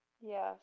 Yes